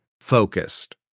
focused